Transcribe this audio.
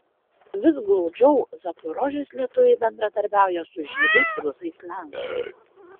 vis glaudžiau zaporožės lietuviai bendradarbiauja su žydais rusais lenkais